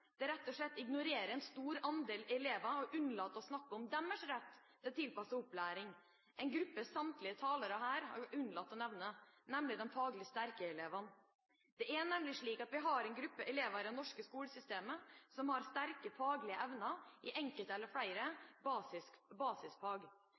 Det rett og slett ignorerer en stor andel elever og unnlater å snakke om deres rett til tilpasset opplæring, en gruppe som samtlige talere her har unnlatt å nevne – nemlig de faglig sterke elevene. Det er nemlig slik at vi har en gruppe elever i det norske skolesystemet som har sterke faglige evner i enkelte eller